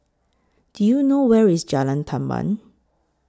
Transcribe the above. Do YOU know Where IS Jalan Tamban